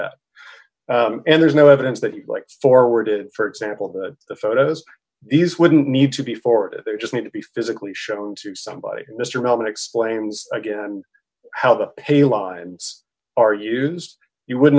that and there's no evidence that you like forwarded for example that the photos these wouldn't need to be forwarded they just need to be physically shown to somebody mr mehlman explains again how the he lives are used you would